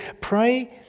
Pray